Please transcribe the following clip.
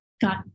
got